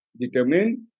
Determine